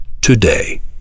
today